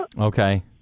Okay